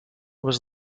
was